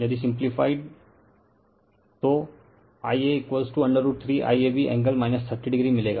यदि सिम्पलीफाइ तो Ia 3 IAB angle 30o मिलेगा